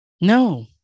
no